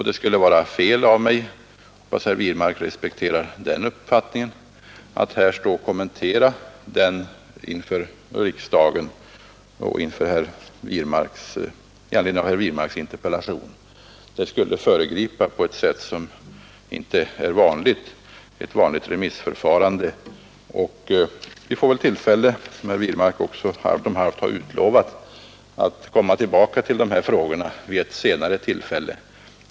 Det skulle vara fel av mig — jag hoppas att herr Wirmark respekterar den uppfattningen — att här stå och kommentera den inför riksdagen i anledning av herr Wirmarks interpellation. Det skulle på ett sätt som inte är brukligt föregripa ett vanligt remissförfarande. Vi får väl tillfälle, som herr Wirmark också halvt om halvt har utlovat, att komma tillbaka till dessa frågor i ett senare sammanhang.